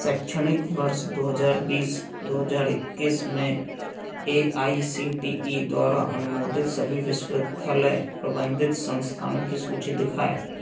शैक्षणिक वर्ष दो हज़ार बीस दो हज़ार इक्कीस में A I C T E द्वारा अनुमोदित सभी विश्वविद्यालय प्रबंधित संस्थानों की सूची दिखाएँ